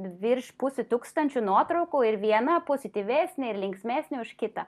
virš pusė tūkstančio nuotraukų ir viena pozityvesnė ir linksmesnė už kitą